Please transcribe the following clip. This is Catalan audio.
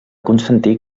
constantí